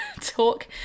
talk